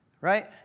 right